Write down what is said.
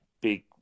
big